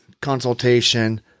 consultation